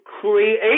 create